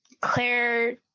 Claire